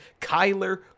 Kyler